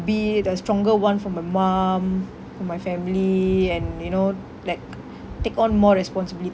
be the stronger one for my mum for my family and you know like take on more responsibilities